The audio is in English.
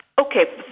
okay